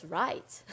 right. (